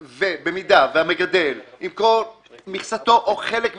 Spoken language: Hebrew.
ובמידה והמגדל ימכור את מכסתו או חלק ממכסתו,